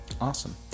Awesome